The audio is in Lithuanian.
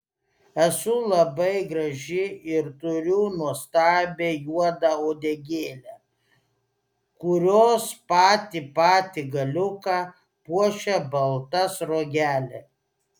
esu labai graži ir turiu nuostabią juodą uodegėlę kurios patį patį galiuką puošia balta sruogelė